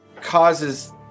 causes